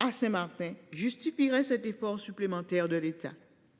À Saint-Martin justifierait cet effort supplémentaire de l'État.